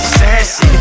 sassy